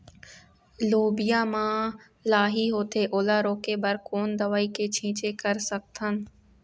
लोबिया मा लाही होथे ओला रोके बर कोन दवई के छीचें कर सकथन?